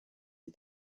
die